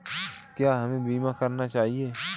क्या हमें बीमा करना चाहिए?